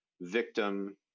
victim